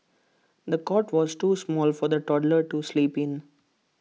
the cot was too small for the toddler to sleep in